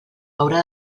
haurà